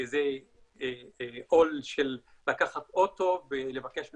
זה עול של לקחת אוטו ולבקש ממישהו,